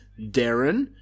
Darren